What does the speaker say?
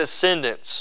descendants